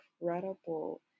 incredible